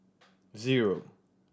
zero